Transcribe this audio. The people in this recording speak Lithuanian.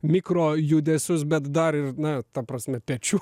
mikro judesius bet dar ir na ta prasme pečių